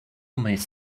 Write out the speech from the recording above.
miss